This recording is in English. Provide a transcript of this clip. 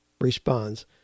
responds